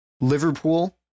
Liverpool